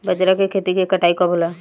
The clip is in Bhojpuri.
बजरा के खेती के कटाई कब होला?